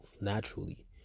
naturally